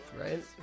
right